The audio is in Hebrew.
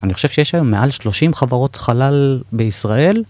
אני חושב שיש היום מעל שלושים חברות חלל בישראל.